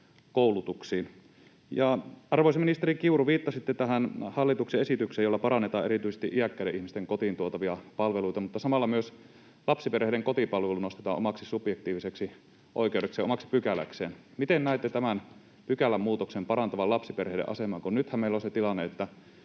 koulutuksiin? Arvoisa ministeri Kiuru, viittasitte tähän hallituksen esitykseen, jolla parannetaan erityisesti iäkkäiden ihmisten kotiin tuotavia palveluita, mutta samalla myös lapsiperheiden kotipalvelu nostetaan omaksi subjektiiviseksi oikeudeksi ja omaksi pykäläkseen. Miten näette tämän pykälämuutoksen parantavan lapsiperheiden asemaa? Nythän meillä on se tilanne, että